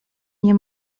nie